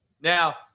Now